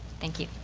thank you.